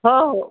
हो हो